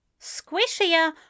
squishier